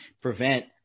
prevent